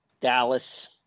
Dallas